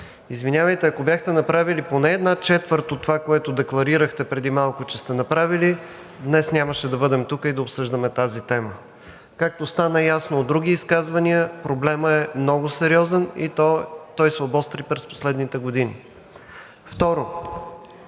Извинявайте, ако бяхте направили поне една четвърт от това, което декларирахте преди малко, че сте направили, днес нямаше да бъдем тук и да обсъждаме тази тема. Както стана ясно от други изказвания, проблемът е много сериозен и той се обостри през последните години. Второ,